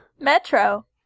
Metro